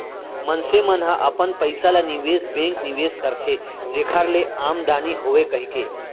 मनसे मन ह अपन पइसा ल निवेस बेंक निवेस करथे जेखर ले आमदानी होवय कहिके